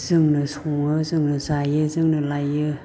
जोंनो सङो जोंनो जायो जोंनो लायो